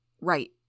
Right